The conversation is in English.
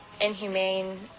inhumane